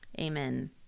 Amen